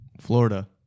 Florida